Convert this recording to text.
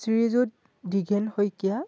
Srijut Dighen Saikia